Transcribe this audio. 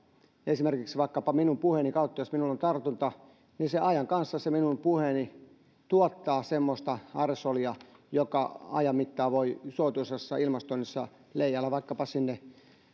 esimerkiksi vaikkapa minun puheeni kautta jos minulla on tartunta niin ajan kanssa se minun puheeni tuottaa semmoista aerosolia joka ajan mittaan voi suotuisassa ilmastoinnissa leijailla vaikkapa sinne